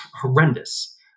horrendous